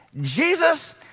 Jesus